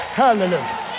hallelujah